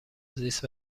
زیست